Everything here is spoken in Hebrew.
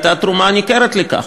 הייתה תרומה ניכרת לכך,